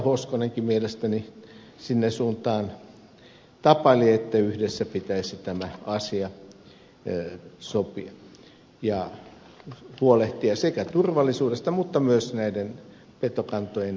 hoskonenkin mielestäni siihen suuntaan tapaili että yhdessä pitäisi sopia tämä asia ja huolehtia sekä turvallisuudesta että myös näiden petokantojen tulevaisuudesta